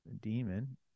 demon